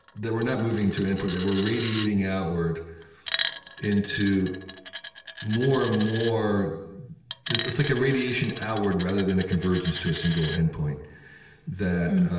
that we're not moving to an endpoint that we're radiating outward into more and more it's like a radiation outward, rather than a convergence to a single endpoint that